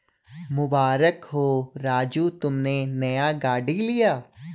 मुबारक हो राजू तुमने नया गाड़ी लिया